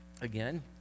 Again